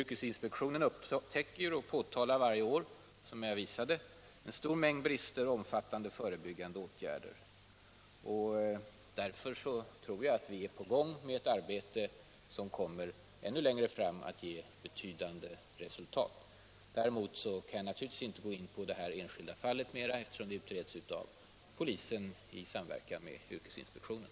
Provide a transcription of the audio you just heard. Yrkesinspektionen upptäcker och påtalar varje år, som jag visade, en stor mängd brister när det gäller förebyggande åtgärder. Därför tror jag att vi är på gång med ett arbete som längre fram kommer att ge betydande resultat. Däremot kan jag naturligtvis inte gå in mer på det enskilda fallet, eftersom det utreds av polisen i samverkan med yrkesinspektionen.